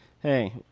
hey